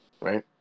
right